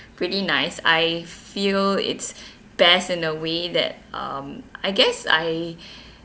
pretty nice I feel it's best in a way that um I guess I